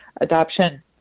adoption